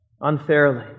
unfairly